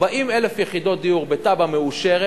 בכל הערים האלה יש 40,000 יחידות דיור בתב"ע מאושרת,